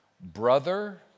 brother